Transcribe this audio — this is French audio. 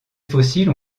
fossiles